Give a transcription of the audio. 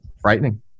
frightening